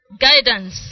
guidance